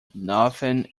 nothing